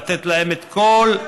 לתת להם את כל,